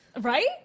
Right